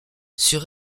sur